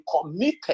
committed